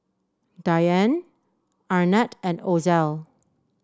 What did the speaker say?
Dianne Arnett and Ozell